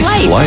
Life